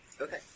Okay